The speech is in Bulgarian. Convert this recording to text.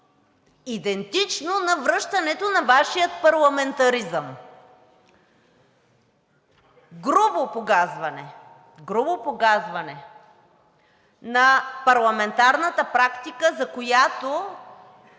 идентично на връщането на Вашия парламентаризъм, грубо погазване на парламентарната практика, за която